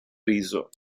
riso